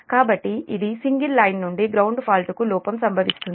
కాబట్టి ఇది single line నుండి గ్రౌండ్ ఫాల్ట్ కు లోపం సంభవిస్తుంది